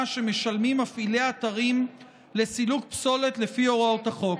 שמשלמים מפעילי אתרים לסילוק פסולת לפי הוראות החוק.